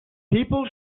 people